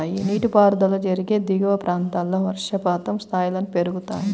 నీటిపారుదల జరిగే దిగువ ప్రాంతాల్లో వర్షపాతం స్థాయిలను పెరుగుతాయి